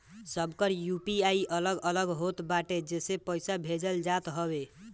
सबकर यू.पी.आई अलग अलग होत बाटे जेसे पईसा भेजल जात हवे